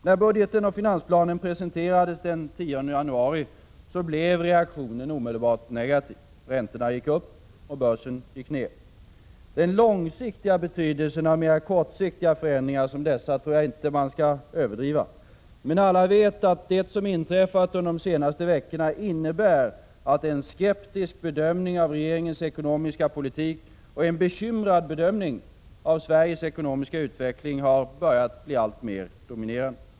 När budgeten och finansplanen presenterades den 10 januari blev reaktionen omedelbart negativ. Räntorna gick upp, och börsvärdena gick ned. Den långsiktiga betydelsen av kortsiktiga förändringar som dessa skall inte överdrivas, men alla vet att det som inträffat under de senaste veckorna innebär att en skeptisk bedömning av regeringens ekonomiska politik och en bekymrad bedömning av Sveriges ekonomiska utveckling har börjat bli alltmer dominerande.